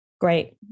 Great